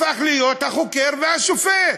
הפך להיות החוקר והשופט.